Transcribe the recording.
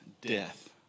death